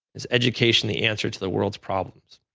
is education the answer to the world's problems?